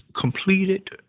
completed